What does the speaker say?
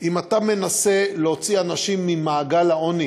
אם אתה מנסה להוציא אנשים ממעגל העוני